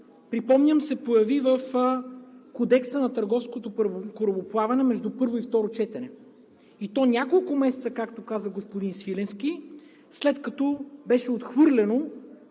припомням, се появи в Кодекса на търговското корабоплаване между първо и второ четене, и то няколко месеца, както каза господин Свиленски, след като беше отхвърлено,